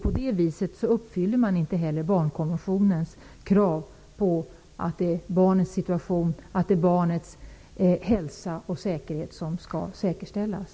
På det viset uppfyller vi inte heller barnkonventionens krav på att barnets hälsa och säkerhet skall tryggas.